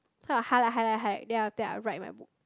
so I'll highlight highlight highlight then after I'll write in my book